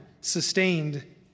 sustained